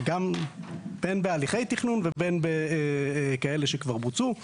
בין בהליכי תכנון ובין כאלה שכבר בוצעו.